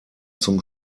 zum